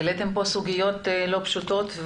העליתם פה סוגיות לא פשוטות.